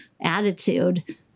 attitude